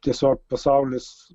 tiesiog pasaulis